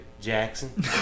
Jackson